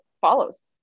follows